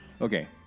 Okay